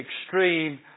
Extreme